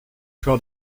draw